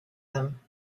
them